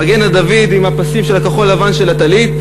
מגן-דוד עם הפסים כחול-לבן של הטלית,